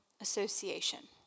association